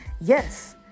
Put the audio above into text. yes